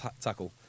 tackle